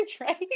right